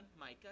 Micah